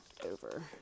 over